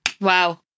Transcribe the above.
wow